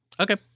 Okay